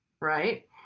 right